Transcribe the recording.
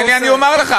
תן לי, אני אומר לך.